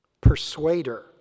persuader